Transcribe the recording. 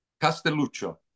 Castelluccio